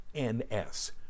NS